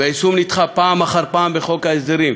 והיישום נדחה פעם אחר פעם בחוק ההסדרים,